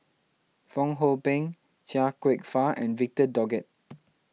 Fong Hoe Beng Chia Kwek Fah and Victor Doggett